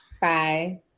Bye